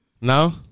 No